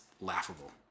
laughable